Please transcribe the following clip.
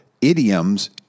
idioms